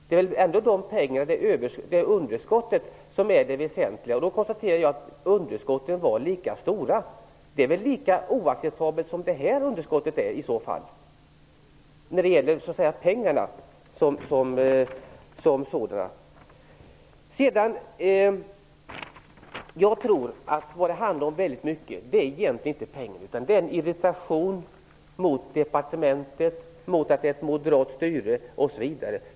Det är ju ändå underskottet som är det väsentliga. Jag konstaterar då att underskotten var lika stora. Det ena underskottet var väl i så fall lika oacceptabelt som det andra, om man ser till pengarna. Jag tror att det i mycket egentligen inte handlar om pengarna utan om en irritation mot departementet, mot att det har ett moderat styre osv.